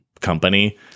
company